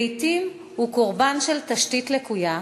לעתים הוא קורבן של תשתית לקויה,